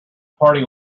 party